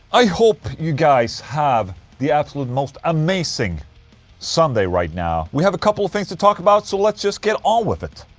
i hope you guys have the absolute most amazing sunday right now we have a couple of things to talk about. so let's just get on with it.